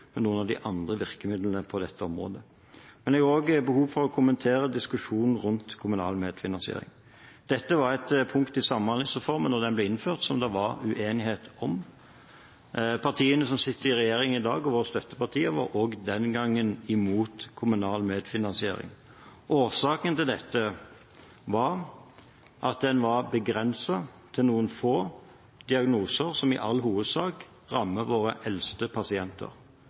noen av de andre virkemidlene på dette området. Jeg har også behov for å kommentere diskusjonen rundt kommunal medfinansiering. Dette var et punkt i samhandlingsreformen da den ble innført, som det var uenighet om. Partiene som sitter i regjering i dag, og våre støttepartier, var også den gangen imot kommunal medfinansiering. Årsaken til dette var at den var begrenset til noen få diagnoser som i all hovedsak rammer våre eldste pasienter.